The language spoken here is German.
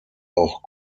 auch